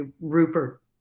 rupert